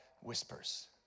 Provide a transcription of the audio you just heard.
whispers